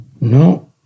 No